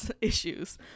issues